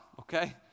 okay